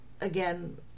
again